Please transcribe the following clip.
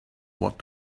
what